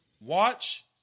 watch